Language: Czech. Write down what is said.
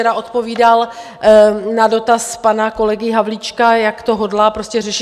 Včera odpovídal na dotaz pana kolegy Havlíčka, jak to hodlá prostě řešit.